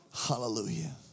Hallelujah